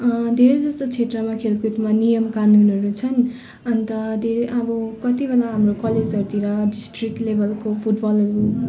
धेरै जस्तो क्षेत्रमा खेलकुदमा नियम कानुनहरू छन् अन्त धेरै अब कति बेला हाम्रो कलेजहरूतिर डिस्ट्रिक्ट लेभलको फुटबलहरू